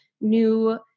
new